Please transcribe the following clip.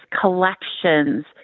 collections